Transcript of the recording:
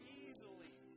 easily